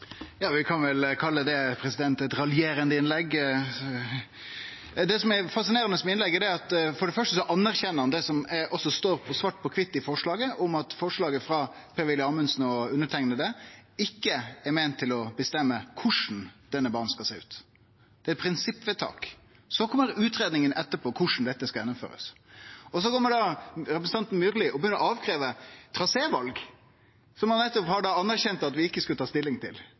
med innlegget, er for det første at han innrømmer det som også står svart på kvitt i forslaget, om at forslaget frå Per-Willy Amundsen og meg ikkje er meint å skulle bestemme korleis denne bana skal sjå ut. Det er eit prinsippvedtak. Utredninga om korleis dette skal gjennomførast, kjem etterpå. Så begynner representanten Myrli å krevje traséval, som han nettopp har innrømt at vi ikkje skulle ta stilling til.